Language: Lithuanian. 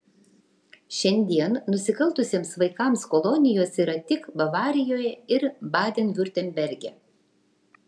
šiandien nusikaltusiems vaikams kolonijos yra tik bavarijoje ir baden viurtemberge